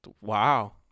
wow